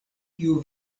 kiu